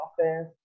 office